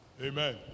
Amen